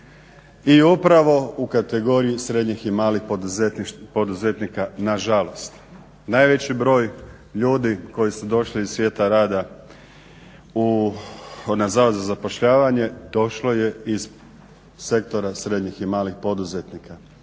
i upravo u kategoriji srednjih i malih poduzetnika na žalost. Najveći broj ljudi koji su došli iz svijeta rada na Zavod za zapošljavanje došlo je iz Sektora srednjih i malih poduzetnika.